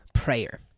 Prayer